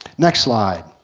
next slide.